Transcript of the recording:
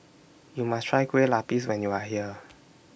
YOU must Try Kueh Lapis when YOU Are here